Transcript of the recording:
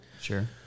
Sure